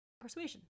Persuasion